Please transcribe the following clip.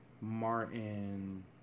Martin